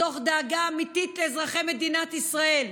מתוך דאגה אמיתית לאזרחי מדינת ישראל.